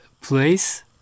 place